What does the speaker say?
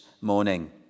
morning